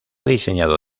diseñado